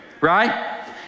right